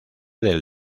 del